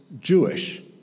Jewish